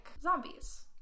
Zombies